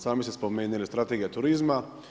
Sami ste spomenuli Strategija turizma.